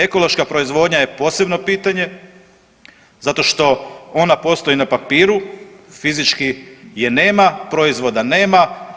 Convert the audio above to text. Ekološka proizvodnja je posebno pitanje zato što ona postoji na papiru, fizički je nema, proizvoda nema.